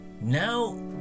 Now